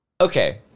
Okay